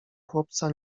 chłopca